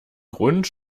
grund